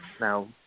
Now